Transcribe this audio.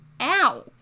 Ow